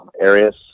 areas